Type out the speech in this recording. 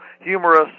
humorous